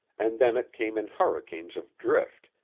and then it came in hurricanes of drift,